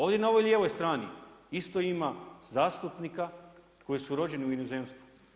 Ovdje na ovoj lijevoj strani isto ima zastupnika koji su rođeni u inozemstvu.